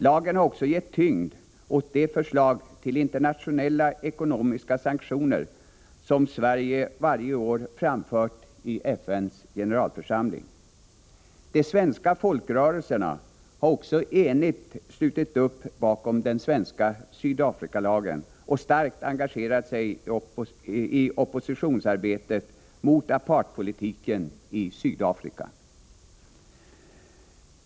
Lagen har också gett tyngd åt de förslag till internationella ekonomiska sanktioner som Sverige varje år framfört i FN:s generalförsamling. De svenska folkrörelserna har också enigt slutit upp bakom den svenska Sydafrikalagen och starkt engagerat sig i opinionsarbetet mot apartheidpolitiken i Sydafrika.